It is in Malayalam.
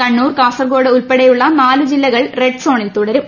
കണ്ണൂർ കാസർകോട് ഉൾപ്പെടെയുള്ള നാല് ജില്ലകൾ റെഡ് സോണിൽ തുടരും